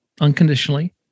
Unconditionally